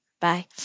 Bye